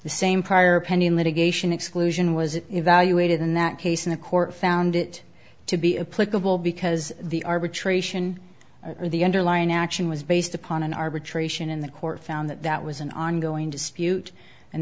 the same prior pending litigation exclusion was evaluated in that case in a court found it to be a political because the arbitration or the underlying action was based upon an arbitration in the court found that that was an ongoing dispute and